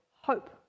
Hope